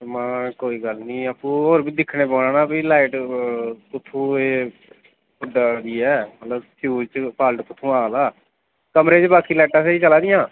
हां कोई गल्ल निं एह् होर बी दिक्खना पौना नी कि लाइट कुत्थु एह् उड्डै दी ऐ मतलब फ्यूज़ च फाल्ट कुत्थुआं आ दा ऐ कमरे दी बाकी लाइटां स्हेई चला दियां